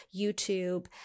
YouTube